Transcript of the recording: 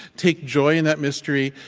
take joy in that mystery.